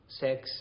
sex